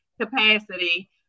capacity